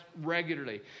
regularly